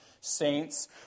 saints